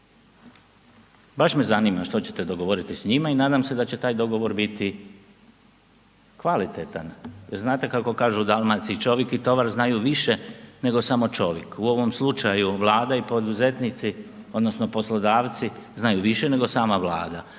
Baš me zanima što ćete dogovoriti s njima i nadam se da će taj dogovor biti kvalitetan, jer znate kako kažu u Dalmaciji čovik i tovar znaju više nego samo čovik. U ovom slučaju Vlada i poduzetnici odnosno poslodavci znaju više nego sama Vlada,